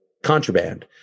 contraband